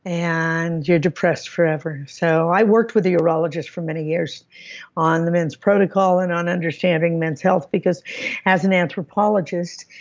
and die. you're depressed forever. so i worked with a urologist for many years on the men's protocol and on understanding men's health because as an anthropologist,